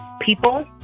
people